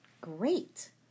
Great